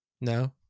No